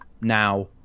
now